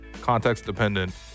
context-dependent